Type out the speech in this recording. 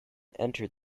entered